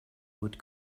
would